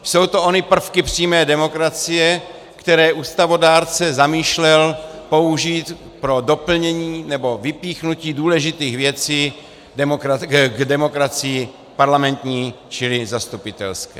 Jsou to ony prvky přímé demokracie, které ústavodárce zamýšlel použít pro doplnění nebo vypíchnutí důležitých věcí k demokracii parlamentní, čili zastupitelské.